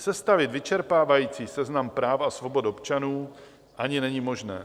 Sestavit vyčerpávající seznam práv a svobod občanů ani není možné.